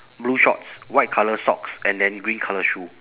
blue shorts white colour socks and then green colour shoe